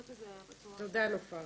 המוזיאון שלי הוא לא נגיש.